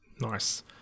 Nice